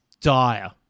dire